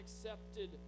accepted